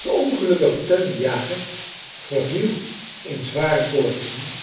de ongelukkige teun de jager verviel in zware koortsen